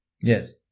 Yes